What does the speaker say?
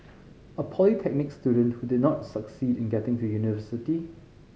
a polytechnic student who did not succeed in getting to university